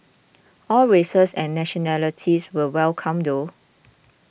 all races and nationalities were welcome though